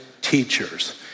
teachers